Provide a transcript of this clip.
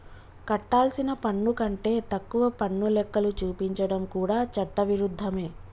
కట్టాల్సిన పన్ను కంటే తక్కువ పన్ను లెక్కలు చూపించడం కూడా చట్ట విరుద్ధమే